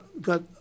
got